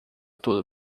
tudo